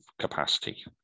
capacity